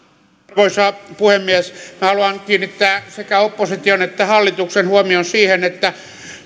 arvoisa puhemies haluan kiinnittää sekä opposition että hallituksen huomion siihen että